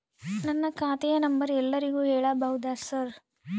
ನನ್ನ ಖಾತೆಯ ನಂಬರ್ ಎಲ್ಲರಿಗೂ ಹೇಳಬಹುದಾ ಸರ್?